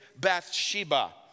Bathsheba